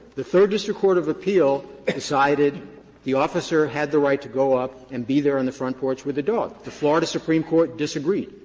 the third district court of appeal decided the officer had the right to go up and be there on the front porch with the dog. the florida supreme court disagreed.